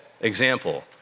example